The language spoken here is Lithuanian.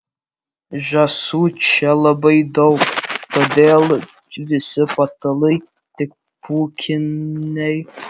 žąsų čia labai daug todėl visi patalai tik pūkiniai